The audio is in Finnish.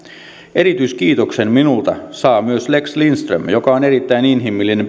erityiskiitoksen minulta saa myös lex lindström joka on erittäin inhimillinen